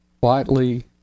quietly